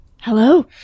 Hello